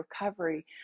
recovery